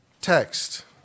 text